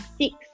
six